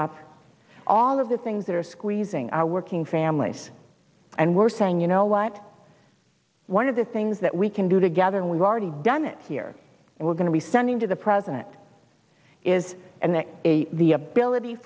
up all of the things that are squeezing our working families and we're saying you know what one of the things that we can do together and we've already done it here we're going to be sending to the president is and that the ability